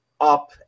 up